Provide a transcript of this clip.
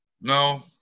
No